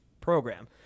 program